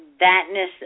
thatness